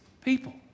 people